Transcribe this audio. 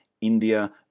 India